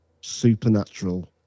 supernatural